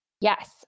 Yes